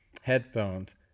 headphones